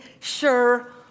sure